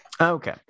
Okay